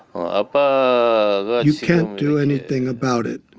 ah but you can't do anything about it.